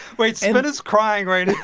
wait. spin is crying right